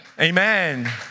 Amen